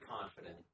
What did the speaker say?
confident